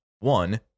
One